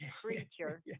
creature